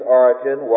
origin